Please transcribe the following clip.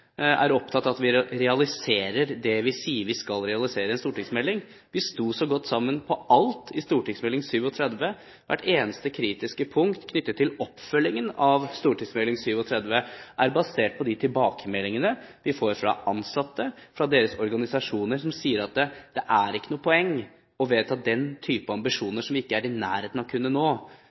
er opptatt av at vi realiserer det vi sier vi skal realisere av en stortingsmelding. Vi sto så godt sammen om alt i St.meld. nr. 37. Hvert eneste kritiske punkt knyttet til oppfølgingen av St.meld. nr. 37 er basert på de tilbakemeldingene vi får fra ansatte og fra deres organisasjoner, som sier at det er ikke noe poeng i å vedta en type ambisjoner som vi ikke er i nærheten av å kunne nå. Og det er derfor de nå